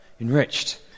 enriched